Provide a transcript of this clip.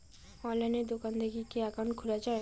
অনলাইনে দোকান থাকি কি একাউন্ট খুলা যায়?